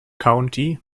county